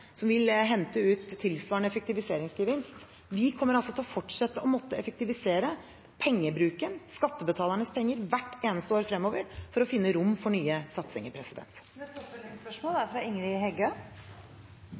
som vil hente ut tilsvarende effektiviseringsgevinst. Vi kommer altså til å fortsette å måtte effektivisere pengebruken, skattebetalernes penger, hvert eneste år fremover for å finne rom for nye satsinger. Ingrid Heggø – til oppfølgingsspørsmål.